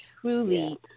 truly